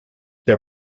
their